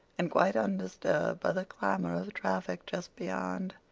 and quite undisturbed by the clamor of traffic just beyond.